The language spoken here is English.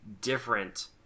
different